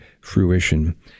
fruition